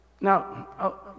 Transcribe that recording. Now